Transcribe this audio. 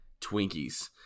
Twinkies